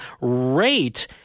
rate